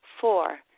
Four